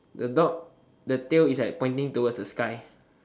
the dog the tail is like pointing towards the sky